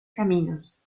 caminos